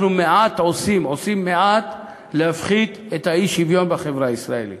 אנחנו עושים מעט להפחתת האי-שוויון בחברה הישראלית.